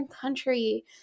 country